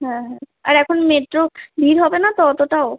হ্যাঁ হ্যাঁ আর এখন মেট্রো ভিড় হবে না তো অতোটাও